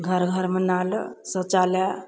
घर घरमे नल शौचालय